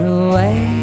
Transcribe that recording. away